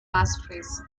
passphrase